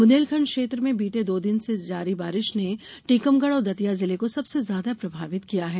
बुंदेलखंड क्षेत्र में बीते दो दिन से जारी बारिश ने टीकमगढ और दतिया जिले को सबसे ज्यादा प्रभावित किया है